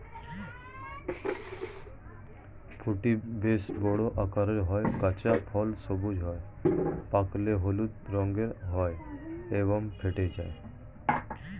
ফুটি বেশ বড় আকারের হয়, কাঁচা ফল সবুজ হয়, পাকলে হলুদ রঙের হয় এবং ফেটে যায়